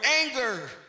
anger